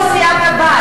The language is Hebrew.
איזה כל סיעת הבית?